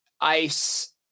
ice